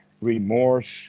remorse